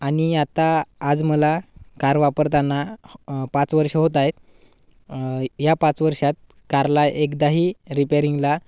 आणि आता आज मला कार वापरताना पाच वर्ष होत आहे या पाच वर्षात कारला एकदाही रिपेरिंगला